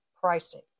pricing